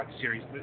series